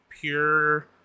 pure